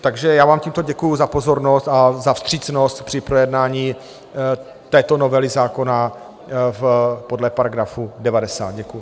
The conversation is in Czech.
Takže já vám tímto děkuju za pozornost a za vstřícnost při projednání této novely zákona podle § 90. Děkuju.